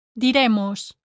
Diremos